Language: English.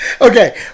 Okay